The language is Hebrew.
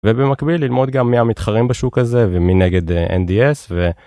ובמקביל ללמוד גם מהמתחרים בשוק הזה ומנגד NDS.